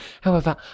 However